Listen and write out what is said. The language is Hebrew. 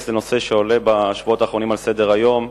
לנושא שעולה בשבועות האחרונים על סדר-היום,